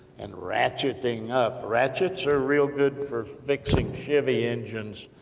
and ratcheting up ratchets are real good, for fixing chevy engines,